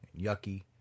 yucky